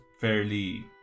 fairly